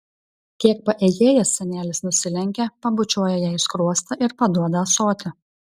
kiek paėjėjęs senelis nusilenkia pabučiuoja jai į skruostą ir paduoda ąsotį